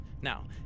Now